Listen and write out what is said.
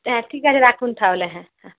হ্যাঁ ঠিক আছে রাখুন তাহলে হ্যাঁ হ্যাঁ